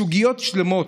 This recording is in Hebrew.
סוגיות שלמות,